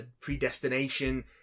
predestination